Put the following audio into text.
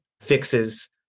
fixes